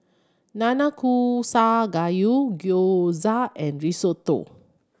Nanakusa Gayu Gyoza and Risotto